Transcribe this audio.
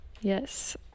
Yes